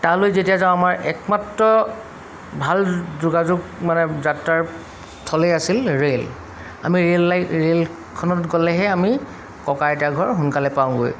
তালৈ যেতিয়া যাওঁ আমাৰ একমাত্ৰ ভাল যোগাযোগ মানে যাত্ৰাৰ থলে আছিল ৰে'ল আমি ৰে'ল লাই ৰে'লখনত গ'লেহে আমি ককা আইতাৰ ঘৰ সোনকালে পাওঁগৈ